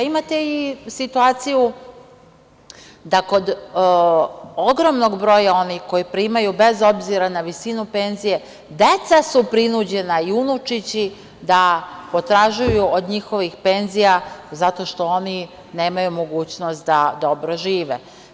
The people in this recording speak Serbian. Imate i situaciju da kod ogromnog broja onih koji primaju, bez obzira na visinu penzije, deca su prinuđena i unučići da potražuju od njihovih penzija zato što oni nemaju mogućnost da dobro žive.